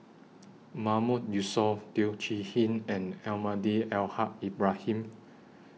Mahmood Yusof Teo Chee Hean and Almahdi Al Haj Ibrahim